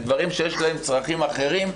דברים שיש להם צרכים אחרים,